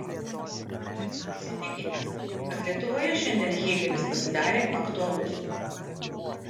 esu įsitikinęs kad lietuvoje šiandien hėgelis pasidarė aktualus